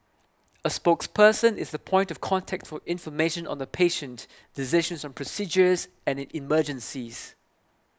a spokesperson is the point of contact for information on the patient decisions on procedures and in emergencies